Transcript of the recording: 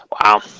Wow